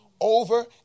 over